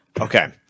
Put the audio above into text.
Okay